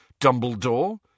Dumbledore